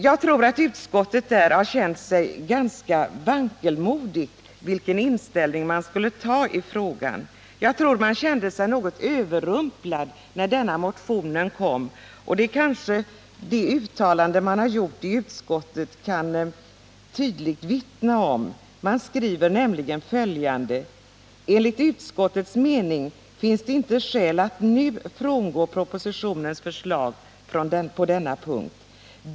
Jag tror att utskottets ledamöter känt sig ganska vankelmodiga beträffande vilken inställning de skulle ha i den här frågan. Jag tror de kände sig något överrumplade när motionen kom, och det uttalande man gjort i utskottet kan tydligt vittna därom. Man skriver nämligen följande: ”Enligt utskottets mening finns det inte skäl att nu frångå propositionens förslag på denna punkt.